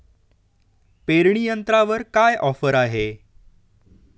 पेरणी यंत्रावर काय ऑफर आहे?